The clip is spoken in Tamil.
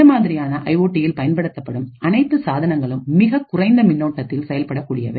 இந்த மாதிரியான ஐஓடிஇல் பயன்படுத்தப்படும் அனைத்து சாதனங்களும் மிகக்குறைந்த மின்னோட்டத்தில் செயல்பட கூடியவை